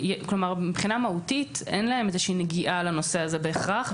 מבחינה מהותית אין להם איזושהי נגיעה לנושא הזה בהכרח,